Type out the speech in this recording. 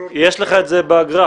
יש לך את זה בגרף.